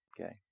Okay